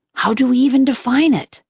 how do we even define it?